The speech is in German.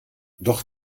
doch